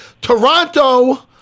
Toronto